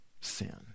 sin